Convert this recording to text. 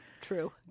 True